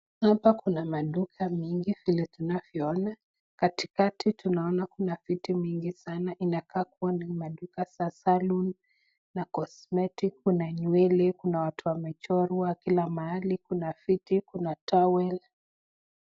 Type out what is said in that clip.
Hapa Kuna maduka mingi vile tunavyoona katikati tunaona viti mingi sana inakaa kuwa ni maduka ya saloon na cosmetics Kuna nyele watu wamechorwa Kila mahali Kuna viti Kuna towel .